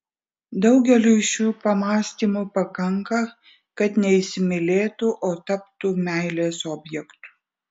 daugeliui šių pamąstymų pakanka kad neįsimylėtų o taptų meilės objektu